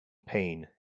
pain